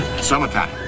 Summertime